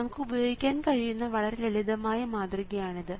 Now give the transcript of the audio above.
നമുക്ക് ഉപയോഗിക്കാൻ കഴിയുന്ന വളരെ ലളിതമായ മാതൃകയാണിത്